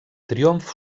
triomf